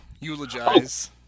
eulogize